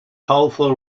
powerful